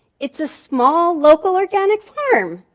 it's a small, local, organic farm.